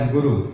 Guru